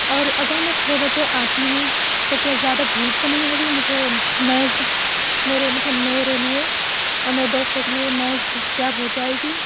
اور اگر میں چھ بجے آتی ہوں تو کیا زیادہ بھیڑ تو نہیں ہوگی مجھے میز میرے مطلب میرے لیے اور میرے دوستوں کے لیے میز دستیاب ہو جائے گی